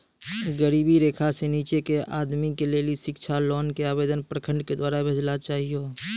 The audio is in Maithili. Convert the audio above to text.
गरीबी रेखा से नीचे के आदमी के लेली शिक्षा लोन के आवेदन प्रखंड के द्वारा भेजना चाहियौ?